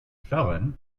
felon